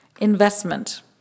investment